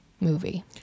movie